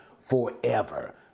forever